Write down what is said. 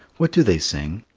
what do they sing?